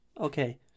Okay